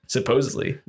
Supposedly